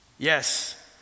Yes